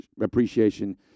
appreciation